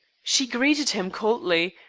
she greeted him coldly,